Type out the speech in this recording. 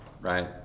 right